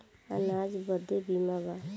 अनाज बदे बीमा बा